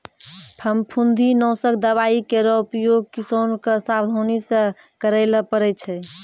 फफूंदी नासक दवाई केरो उपयोग किसान क सावधानी सँ करै ल पड़ै छै